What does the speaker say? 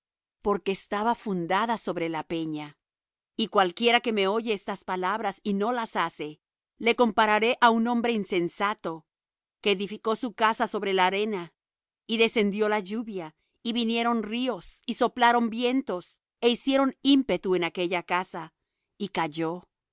porque estaba fundada sobre la peña y cualquiera que me oye estas palabras y no las hace le compararé á un hombre insensato que edificó su casa sobre la arena y descendió lluvia y vinieron ríos y soplaron vientos é hicieron ímpetu en aquella casa y cayó